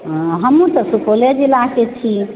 हँ हमहुँ तऽ सुपौले जिलाके छी